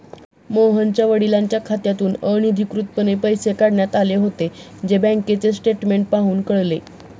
मोहनच्या वडिलांच्या खात्यातून अनधिकृतपणे पैसे काढण्यात आले होते, जे बँकेचे स्टेटमेंट पाहून कळले